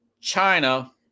China